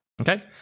Okay